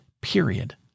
period